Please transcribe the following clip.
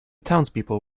townspeople